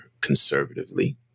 conservatively